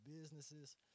businesses